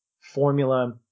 formula